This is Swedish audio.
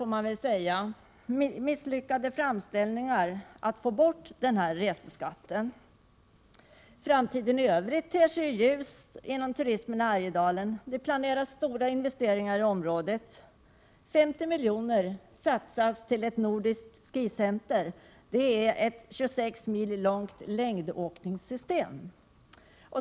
Det har gjorts — tyvärr misslyckade — framställningar om att få bort reseskatten. Framtiden i övrigt ter sig ljus inom turismen i Härjedalen. Det planeras stora investeringar i detta område — 50 miljoner satsas på ett nordiskt ”skicenter” vilket är ett 26 mil långt längdåkningssystem.